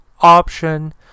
option